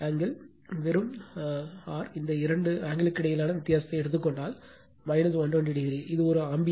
angle வெறும் r இந்த இரண்டு அங்கிள் களுக்கிடையிலான வித்தியாசத்தை எடுத்துக் கொண்டால் 120o இது ஒரு ஆம்பியர்